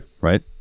right